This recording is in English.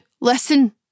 Listen